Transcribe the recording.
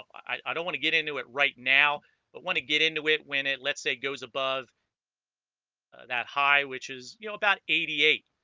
i don't want to get into it right now but want to get into it when it let's say goes above that high which is you know about eighty eight